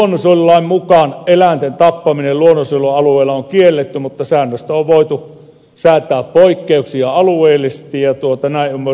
nykyisen luonnonsuojelulain mukaan eläinten tappaminen luonnonsuojelualueella on kielletty mutta säännöstä on voitu säätää poikkeuksia alueellisesti ja näin on myös menetelty